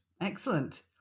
Excellent